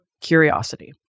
curiosity